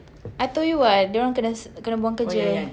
I told you what dorang kena s~ kena buang kerja